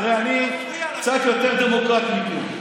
תראה, אני קצת יותר דמוקרט מכם.